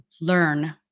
learn